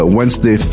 Wednesday